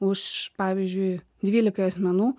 už pavyzdžiui dvylikai asmenų